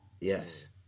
Yes